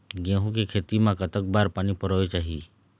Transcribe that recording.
गेहूं के खेती मा कतक बार पानी परोए चाही?